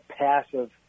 passive